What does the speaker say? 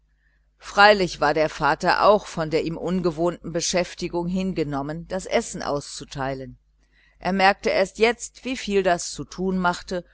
freilich war der vater auch von der ihm ungewohnten beschäftigung hingenommen das essen auszuteilen er merkte jetzt erst wieviel das zu tun machte